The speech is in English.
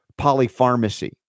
polypharmacy